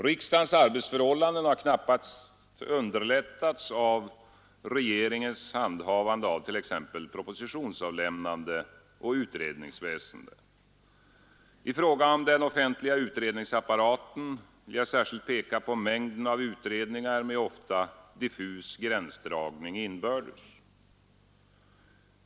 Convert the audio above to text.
Riksdagens arbetsförhållanden har knappast underlättats av regeringens handhavande av t.ex. propositionsavlämnande och utrednings utredningsapparaten irskilt peka på mängden av utredningar med ofta diffus gränsdragning inbördes.